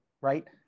right